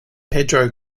pedro